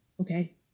okay